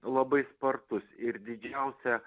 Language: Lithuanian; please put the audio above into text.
labai spartus ir didžiausia